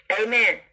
amen